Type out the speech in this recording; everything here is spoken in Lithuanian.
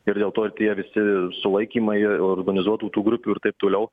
ir dėl to tie visi sulaikymai organizuotų tų grupių ir taip toliau